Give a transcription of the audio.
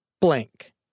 blank